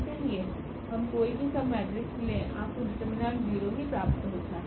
इसलिए हम कोई भी सबमेट्रिक्स ले आपको डिटरमिनेंट 0 ही प्राप्त होता है